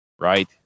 right